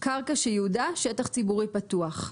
"קרקע שייעודה שטח ציבורי פתוח,"